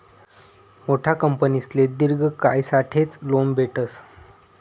मोठा कंपनीसले दिर्घ कायसाठेच लोन भेटस